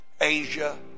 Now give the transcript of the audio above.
Asia